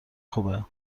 خوبه